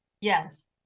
Yes